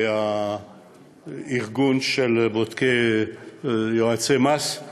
והארגון של יועצי המס,